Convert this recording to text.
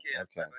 Okay